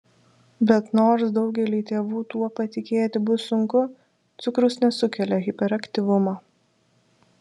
bet nors daugeliui tėvų tuo patikėti bus sunku cukrus nesukelia hiperaktyvumo